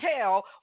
tell